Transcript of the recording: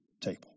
table